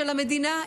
של המדינה,